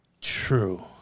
True